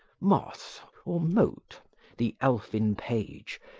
moth or mote the elfin-page,